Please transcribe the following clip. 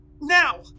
Now